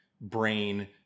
brain